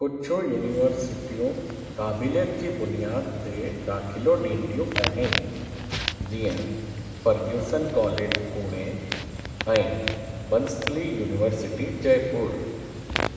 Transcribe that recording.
कुझु यूनिवर्सिटियूं क़ाबिलियत जी बुनियाद ते दाख़िलो ॾींदियूं आहिनि जीअं फ़र्ग्यूसन कॉलेज पूणे ऐं बनस्थली यूनिवर्सिटी जयपुर